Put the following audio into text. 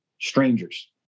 strangers